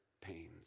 pains